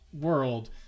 world